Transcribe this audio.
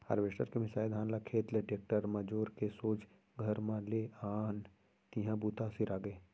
harvester के मिंसाए धान ल खेत ले टेक्टर म जोर के सोझ घर म ले आन तिहॉं बूता सिरागे